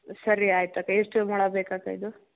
ಸರಿ ಆಯ್ತು ಅಕ್ಕ ಎಷ್ಟು ಮೊಳ ಬೇಕಕ್ಕ ಇದು